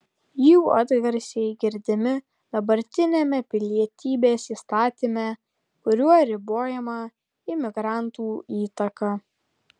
jų atgarsiai girdimi dabartiniame pilietybės įstatyme kuriuo ribojama imigrantų įtaka